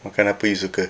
makanan apa you suka